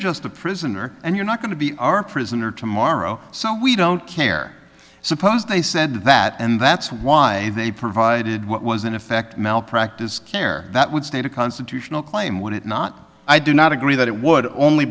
just a prisoner and you're not going to be our prisoner tomorrow so we don't care suppose they said that and that's why they provided what was in effect malpractise care that would state a constitutional claim would it not i do not agree that it would only